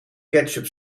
ketchup